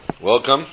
Welcome